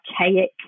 archaic